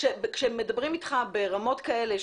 שכאשר מדברים אתך ברמות כאלה,